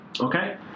Okay